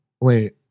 wait